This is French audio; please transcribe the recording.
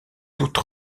toute